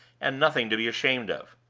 and nothing to be ashamed of.